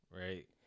right